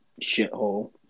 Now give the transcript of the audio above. shithole